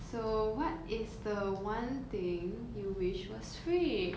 so what is the one thing you wish was free